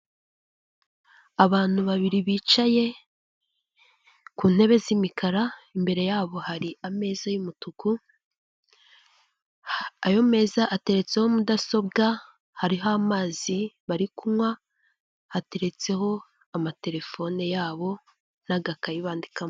Abantu babiri bicaye ku ntebe z'imikara, imbere yabo hari ameza y'umutuku, ayo meza ateretseho mudasobwa, hariho amazi bari kunywa hateretseho amaterefone, yabo n'gakayi bandikamo.